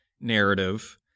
narrative